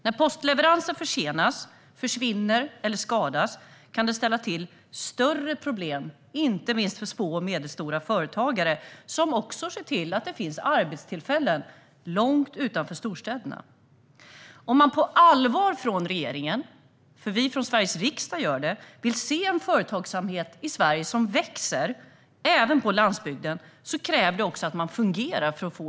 När postleveranser försenas, försvinner eller skadas kan det ställa till större problem, inte minst för små och medelstora företag som också ser till att det finns arbetstillfällen långt utanför storstäderna. Vill regeringen på allvar - vi i Sveriges riksdag vill det - se en företagsamhet i Sverige som växer, även på landsbygden? Då krävs det ett fungerande postväsen.